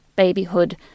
Babyhood